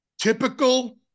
typical